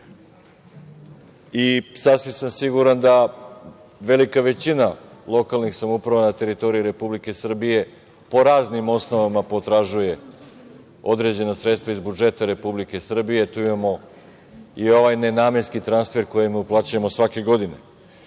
Sasvim sam siguran da velika većina lokalnih samouprava na teritoriji Republike Srbije po raznim osnovama, potražuje određena sredstva iz budžeta Republike Srbije. Tu imamo i ovaj nenamenski transfer koji im uplaćujemo svake godine. Voleo